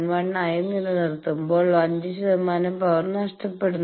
11 ആയി നിലനിർത്തുമ്പോൾ 5 പവർ നഷ്ടപ്പെടുന്നു